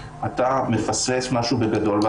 אתה מפספס משהו בגדול.